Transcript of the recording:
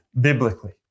biblically